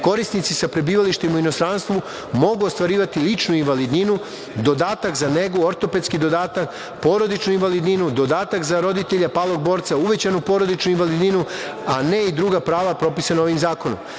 Korisnici sa prebivalištem u inostranstvu mogu ostvarivati ličnu invalidninu, dodatak za negu, ortopedski dodatak, porodičnu invalidninu, dodatak za roditelje palog borca, uvećanu porodičnu invalidninu, a ne i druga prava propisana ovim zakonom.